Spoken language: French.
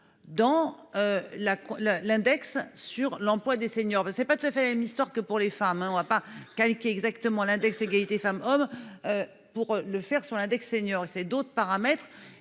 La l'index sur l'emploi des seniors. C'est pas tu fais la même histoire que pour les femmes hein on va pas calquer exactement l'index égalité femmes-hommes. Pour le faire sur l'index seniors c'est d'autres paramètres